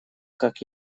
как